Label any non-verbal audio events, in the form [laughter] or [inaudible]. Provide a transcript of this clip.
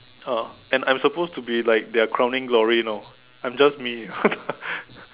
ah and I'm supposed to be like their crowning glory know I'm just me [laughs]